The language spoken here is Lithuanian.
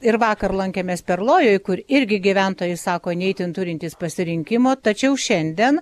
ir vakar lankėmės perlojoj kur irgi gyventojai sako ne itin turintys pasirinkimo tačiau šiandien